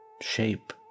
shape